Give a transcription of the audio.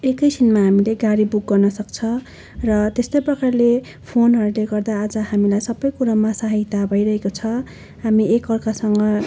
एकैछिनमा हामीले गाडी बुक गर्नुसक्छ र त्यस्तै प्रकारले फोनहरूले गर्दा हामीलाई सबैकुरामा सहायता भइरहेको छ हामी एक अर्कासँग